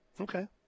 Okay